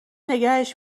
نگهش